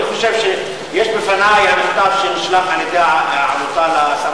יש בפני המכתב שנשלח על-ידי העמותה לשר